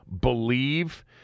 believe